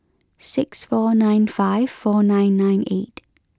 six four nine five four nine nine eight